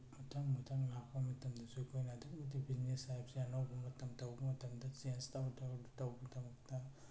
ꯃꯊꯪ ꯃꯊꯪ ꯂꯥꯛꯄ ꯃꯇꯝꯗꯁꯨ ꯑꯩꯈꯣꯏꯅ ꯑꯗꯨꯛꯀꯤ ꯃꯇꯤꯛ ꯕꯤꯖꯤꯅꯦꯁ ꯍꯥꯏꯕꯁꯦ ꯑꯅꯧꯕ ꯑꯃꯇꯪ ꯇꯧꯕ ꯃꯇꯝꯗ ꯆꯦꯟꯖ ꯇꯧꯔ ꯇꯧꯔ ꯇꯧꯕꯩꯗꯃꯛꯇ